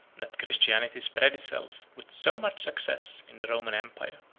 that christianity spread itself with so much success in the roman empire.